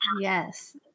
Yes